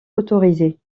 autorisés